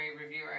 reviewer